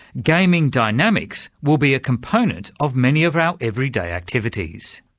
gaming dynamics will be a component of many of our everyday activities.